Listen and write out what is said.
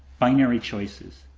binary choices.